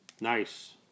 nice